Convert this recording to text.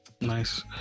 Nice